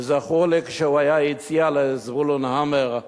וזכור לי שהוא הציע לזבולון המר,